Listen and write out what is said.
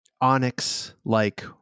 onyx-like